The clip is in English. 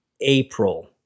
April